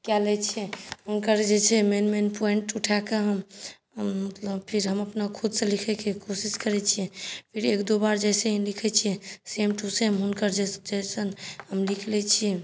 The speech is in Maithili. कए लै छिए हुनकर जे छै मेन मेन पौइन्ट उठाके हम फेर हम अपना खुदसँ लिखयके कोशिश करै छी एक दू बार जइसे ही लिखै छिए सेम टु सेम हुनकर जे हम लिख लै छिए